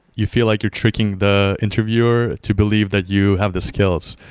you feel like you're tricking the interviewer to believe that you have the skills.